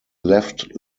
left